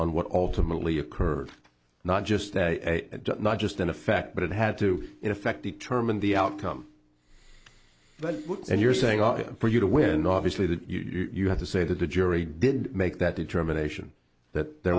on what ultimately occurred not just a duck not just an effect but it had to in effect determine the outcome and you're saying ok for you to win obviously that you are have to say that the jury did make that determination that there